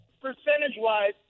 percentage-wise